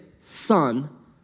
son